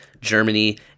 Germany